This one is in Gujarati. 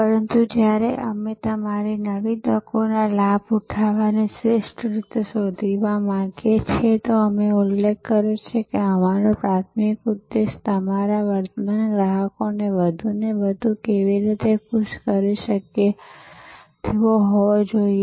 પરંતુ જ્યારે અમે તમારી નવી તકોનો લાભ ઉઠાવવાની શ્રેષ્ઠ રીતો શોધવા માગીએ છીએ જેમ કે મેં ઉલ્લેખ કર્યો છે કે અમારો પ્રાથમિક ઉદ્દેશ્ય અમારા વર્તમાન ગ્રાહકોને વધુને વધુ કેવી રીતે ખુશ કરી શકાય તે હોવો જોઈએ